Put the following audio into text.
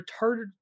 retarded